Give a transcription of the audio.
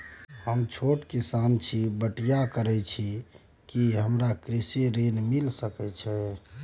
हम छोट किसान छी, बटईया करे छी कि हमरा कृषि ऋण मिल सके या?